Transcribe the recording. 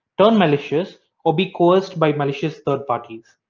turn malicious or be coerced by malicious third parties.